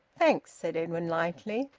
thanks, said edwin lightly.